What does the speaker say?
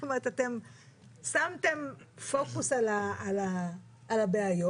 אתם שמתם פוקוס על הבעיות.